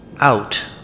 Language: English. out